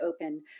open